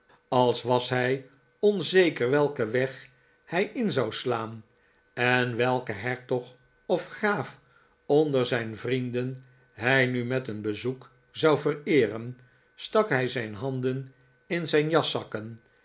als was hij onzeker welken weg hij in zou slaan en welken hertog of graaf onder zijn vrienden hij nu met een bezoek zou vereeren stak hij zijn handen in zijn